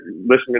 listening